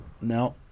No